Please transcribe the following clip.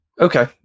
Okay